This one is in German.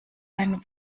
ein